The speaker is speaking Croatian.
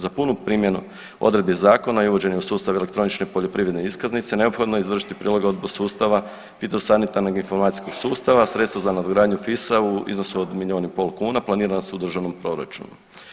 Za punu primjenu odredbi zakona i uvođenje u sustav elektronične poljoprivredne iskaznice neophodno je izvršiti prilagodbu sustava fitosanitarnog informacijskog sustava, sredstva za nadogradnju FIS-a u iznosu od milion i pol kuna planirana su u državnom proračunu.